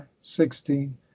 sixteen